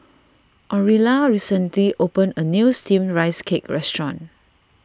Aurilla recently opened a new Steamed Rice Cake restaurant